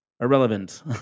irrelevant